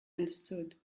understood